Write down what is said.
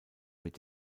mit